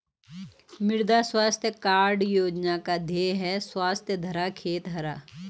मृदा स्वास्थ्य कार्ड योजना का ध्येय है स्वस्थ धरा, खेत हरा